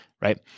right